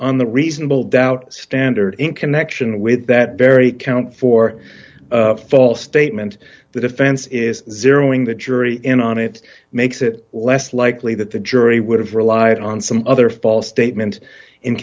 on the reasonable doubt standard in connect in with that very count four false statement the defense is zero in the jury in on it makes it less likely that the jury would have relied on some other false statement in